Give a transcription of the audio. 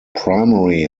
primary